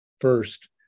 First